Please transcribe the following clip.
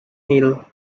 hill